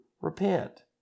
repent